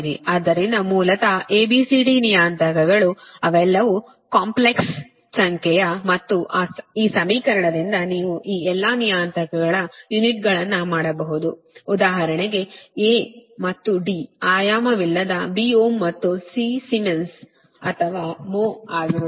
ಆದ್ದರಿಂದ ಮೂಲತಃ A B C D ನಿಯತಾಂಕಗಳು ಅವೆಲ್ಲವೂ ಕಾಂಪ್ಲೆಕ್ಸ್ ಸಂಖ್ಯೆಯ ಮತ್ತು ಈ ಸಮೀಕರಣದಿಂದ ನೀವು ಈ ಎಲ್ಲಾ ನಿಯತಾಂಕಗಳ ಯುನಿಟ್ಗಳನ್ನು ಮಾಡಬಹುದು ಉದಾಹರಣೆಗೆ A ಮತ್ತು D ಆಯಾಮವಿಲ್ಲದ B ohm ಮತ್ತು C Siemens ಅಥವಾ Mho ಆಗಿರುತ್ತದೆ